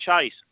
chase